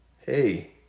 hey